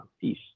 peace